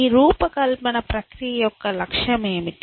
ఈ రూపకల్పన ప్రక్రియ యొక్క లక్ష్యం ఏమిటి